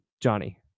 Johnny